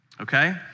Okay